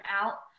out